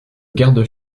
garde